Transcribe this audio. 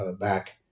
back